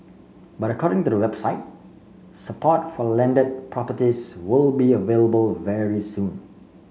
but according to the website support for landed properties will be available very soon